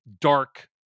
dark